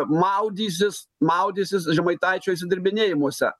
maudysis maudysis žemaitaičio išsidirbinėjimuose